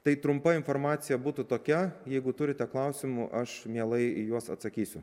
tai trumpa informacija būtų tokia jeigu turite klausimų aš mielai į juos atsakysiu